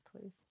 Please